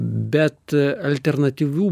bet alternatyvių